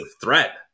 threat